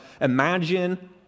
Imagine